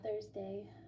Thursday